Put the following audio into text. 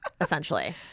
essentially